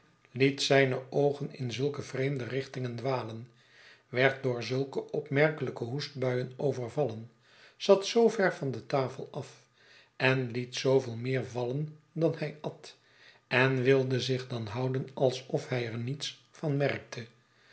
liet zijne oogen in zulke vreemde richtingen dwalen werd door zulke opmerkelijke hoestbuien overvallen zat zoo ver van de tafel a f en liet zooveel meer vallen dan hij at en wilde zich dan houden alsof hij er niets van merkte